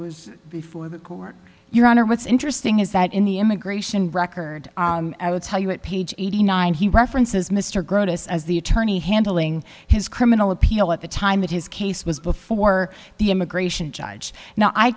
was before the court your honor what's interesting is that in the immigration record i would tell you at page eighty nine he references mr gross as the attorney handling his criminal appeal at the time that his case was before the immigration judge now i